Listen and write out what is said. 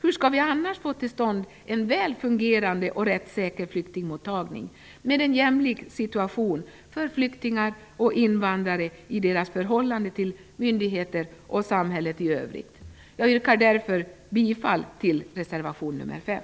Hur skall vi annars få till stånd en väl fungerande och rättssäker flyktingmottagning med en jämlik situation för flyktingar och invandrare i deras förhållande till myndigheter och samhället i övrigt? Jag yrkar därför bifall till reservation nr 5.